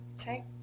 okay